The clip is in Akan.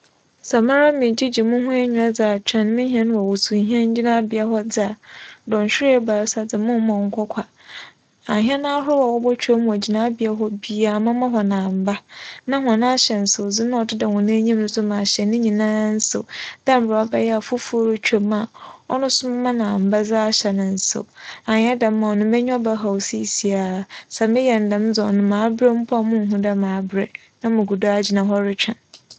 Sɛ mara meregyegye moho enyiwa dze atweͻn me hɛn wͻ wusiw hɛn gyinabea hͻ dze a, dͻnhwer ebiasa dze me mma ͻnnkͻ kwa. Ahɛn ahorow a wobotwa mu wͻ gyinabea hͻ biara mebɛma hͻn amba na hͻn ahyɛnsewdze a ͻdeda hͻn enyim so m'ahyɛ ne nyinara nsew dɛ mbrɛ ͻbɛyɛ a sɛ fofor rutwa mu a, ͻno so mebɛma no amba dze ahyɛ ne nsew ͻnnyɛ dɛm a ͻno m'enyiwa bɛha seseiara. Sɛ meyɛ no dɛm dze a, ͻno m'aberɛ mpo a munnhu dɛ m'aberɛ nna mukudo ara gyina hͻ rotweͻn.